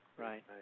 right